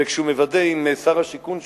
וכשהוא מוודא עם שר השיכון שלו,